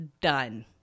done